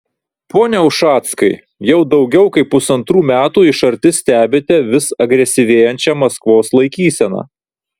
pone ušackai jau daugiau kaip pusantrų metų iš arti stebite vis agresyvėjančią maskvos laikyseną